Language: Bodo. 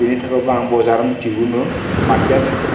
बिनि थाखै आं बजार मिथियोगो मारकेट